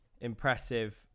impressive